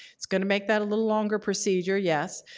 it's going to make that a little longer procedure, yes.